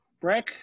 Breck